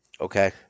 Okay